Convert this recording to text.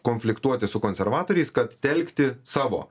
konfliktuoti su konservatoriais kad telkti savo